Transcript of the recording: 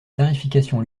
tarification